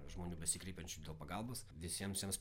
žmonių besikreipiančių dėl pagalbos visiems jiems